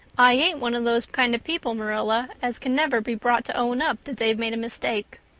i ain't one of those kind of people, marilla, as can never be brought to own up that they've made a mistake.